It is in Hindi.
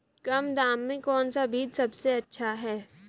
कम दाम में कौन सा बीज सबसे अच्छा है?